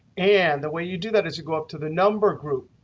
and the way you do that is you go up to the number group.